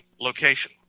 location